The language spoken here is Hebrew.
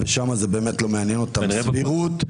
ובאמת שם לא מעניינת אותם הסבירות.